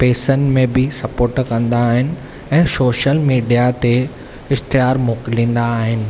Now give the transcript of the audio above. पेसनि में बि सपोर्ट कंदा आहिनि ऐं सोशल मीडिया ते इश्तिहार मोकिलिंदा आहिनि